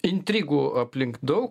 intrigų aplink daug